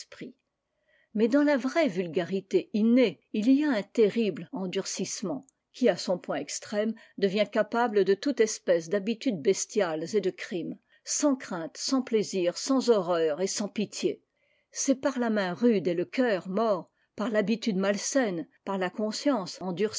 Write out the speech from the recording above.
mais dans la vraie vulgarité innée il y a un terrible endurcissement qui à son point extrême devient capable de toute espèce d'habitudes bestiales et de crime sans crainte sans plaisir sans horreur et sans pitié c'est par la main rude et le cœur mort par l'ha bitude malsaine par la conscience endurcie